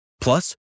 Plus